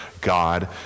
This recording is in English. God